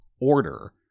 order